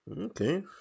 Okay